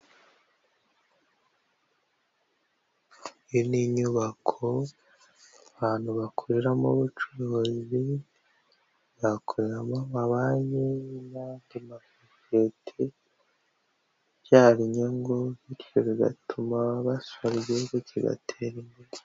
Iyi ni inyubako ahantu bakoreramo ubucuruzi, yakoreramo amabanki n'andi masosiyete abyara inyungu bityo bigatuma basora igihugu kigatera imbere.